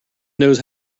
knows